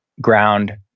ground